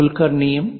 കുൽക്കർണിയും D